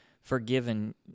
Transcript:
forgiven